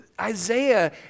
Isaiah